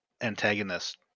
antagonist